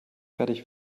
fertig